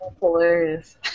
hilarious